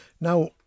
Now